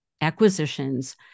acquisitions